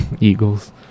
Eagles